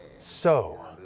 so